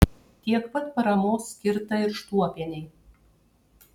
tiek pat paramos skirta ir štuopienei